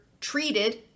treated